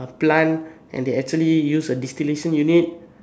plant and they actually use a distillation unit